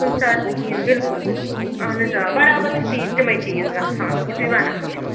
کُنہِ ساتہٕ نہٕ کِہیٖنۍ بِلکُل بِلکُل اہن حظ آ برابر چھُ تی تِمے چیٖز گژھان یہِ تُہۍ وَنان چھِو